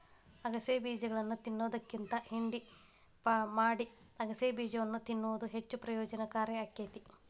ಅಗಸೆ ಬೇಜಗಳನ್ನಾ ತಿನ್ನೋದ್ಕಿಂತ ಹಿಂಡಿ ಮಾಡಿ ಅಗಸೆಬೇಜವನ್ನು ತಿನ್ನುವುದು ಹೆಚ್ಚು ಪ್ರಯೋಜನಕಾರಿ ಆಕ್ಕೆತಿ